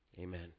Amen